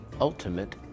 ultimate